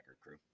crew